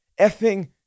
effing